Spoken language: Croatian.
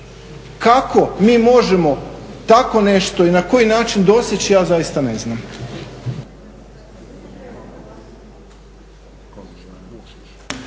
Kako mi možemo tako nešto i na koji način doseći ja zaista ne znam.